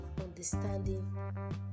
understanding